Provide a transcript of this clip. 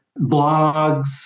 blogs